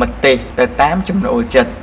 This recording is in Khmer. ម្ទេសទៅតាមចំណូលចិត្ត។